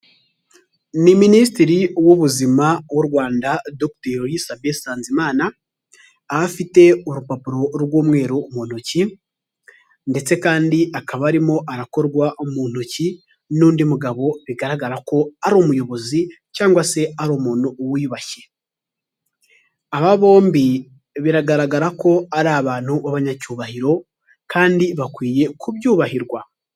Ni Minisitiri w'ubuzima w'u Rwanda Dogiteri Sabin Nsanzimana, aho afite urupapuro rw'umweru mu ntoki, ndetse kandi akaba arimo arakorwa mu ntoki n'undi mugabo bigaragara ko ari umuyobozi cyangwa se ari umuntu wiyubashye. Aba bombi biragaragara ko ari abantu b'abanyacyubahiro kandi bakwiye kubyubahirwa.